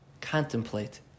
contemplate